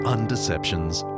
Undeceptions